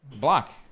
Block